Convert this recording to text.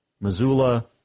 Missoula